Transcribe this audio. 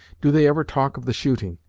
do they ever talk of the shooting?